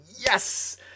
Yes